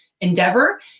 endeavor